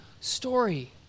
story